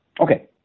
okay